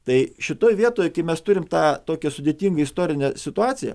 tai šitoj vietoj mes turime tą tokią sudėtingą istorinę situaciją